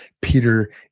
Peter